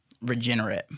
regenerate